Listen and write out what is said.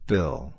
Bill